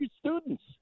students